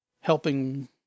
helping